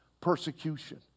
persecution